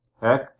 Heck